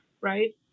right